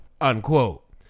Unquote